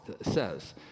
says